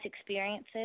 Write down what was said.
experiences